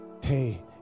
hey